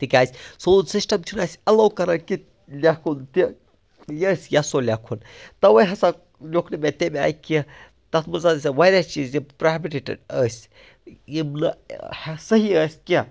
تِکیٛازِ سون سِسٹَم چھُنہٕ اَسہِ الو کَران کہِ لٮ۪کھُن تہِ یہِ ٲسۍ یَژھو لیٚکھُن تَوے ہَسا لیوٚکھ نہٕ مےٚ تمہِ آیہِ کیٚنٛہہ تَتھ منٛز ہسا واریاہ چیٖز یِم پراہبِٹڈڈ ٲسۍ یِم نہٕ صحیح ٲسۍ کیٚنٛہہ